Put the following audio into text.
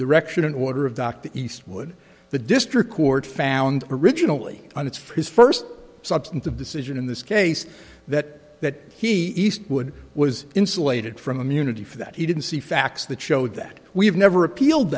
direction and order of dr eastwood the district court found originally on it's his first substantive decision in this case that that he eastwood was insulated from immunity for that he didn't see facts that showed that we've never appealed